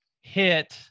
hit